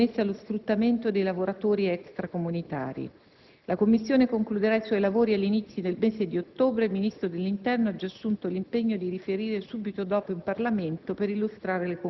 Il tema del contrasto del lavoro nero degli immigrati è ben presente all'attenzione del Governo, tant'è che il 5 settembre scorso il Ministro dell'interno ha istituito una commissione, presieduta dal capo della Criminalpol,